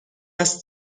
است